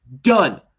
done